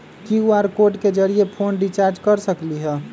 QR code के जरिय phone recharge कर सकली ह?